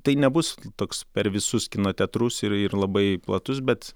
tai nebus toks per visus kino teatrus ir ir labai platus bet